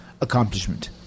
accomplishment